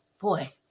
boy